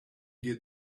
did